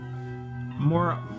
More